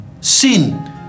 sin